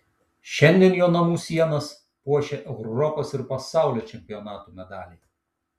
šiandien jo namų sienas puošia europos ir pasaulio čempionatų medaliai